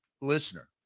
listener